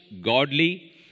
godly